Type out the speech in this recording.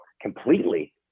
completely